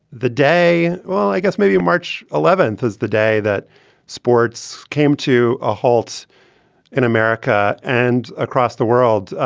the day. well, i guess maybe march eleventh is the day that sports came to a halt in america and across the world.